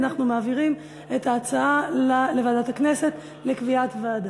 אנחנו מעבירים את ההצעה לוועדת הכנסת לקביעת ועדה.